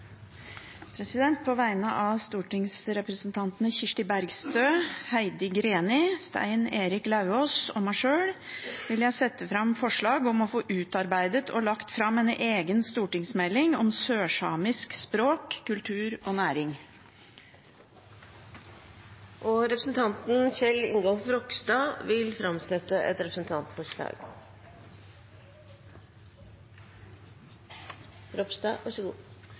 På vegne av stortingsrepresentantene Kirsti Bergstø, Heidi Greni, Marit Arnstad, Stein Erik Lauvås og meg sjøl vil jeg sette fram forslag om å få utarbeidet og lagt fram en egen stortingsmelding om sørsamisk språk, kultur og næring. Representanten Kjell Ingolf Ropstad vil framsette et